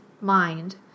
mind